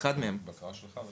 אחד מהם --- בבקרה שלך.